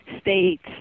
states